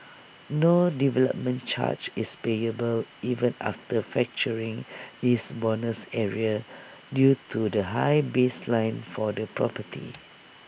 no development charge is payable even after factoring this bonus area due to the high baseline for the property